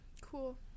cool